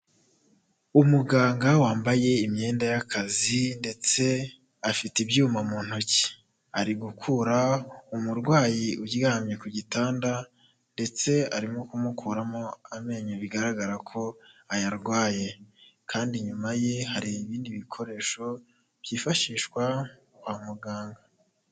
Umuganga wambaye imyenda y'akazi, ndetse afite ibyuma mu ntoki, ari gukura umurwayi uryamye ku gitanda ndetse arimo kumukuramo amenyo bigaragara ko ayarwaye, kandi nyuma ye hari ibindi bikoresho byifashishwa kwa muganga.